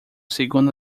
segundo